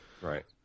Right